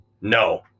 No